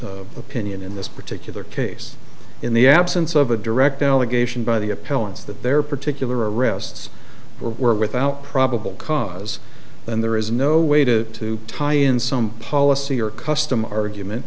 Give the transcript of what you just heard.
as opinion in this particular case in the absence of a direct allegation by the appellants that their particular arrests were without probable cause then there is no way to to tie in some policy or custom argument